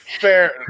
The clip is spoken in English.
fair